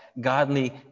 Godly